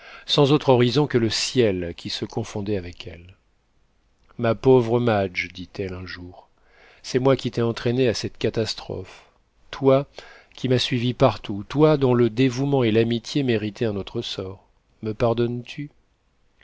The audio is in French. sans autre horizon que le ciel qui se confondait avec elle ma pauvre madge dit-elle un jour c'est moi qui t'ai entraînée à cette catastrophe toi qui m'as suivie partout toi dont le dévouement et l'amitié méritaient un autre sort me pardonnes tu